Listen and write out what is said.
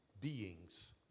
beings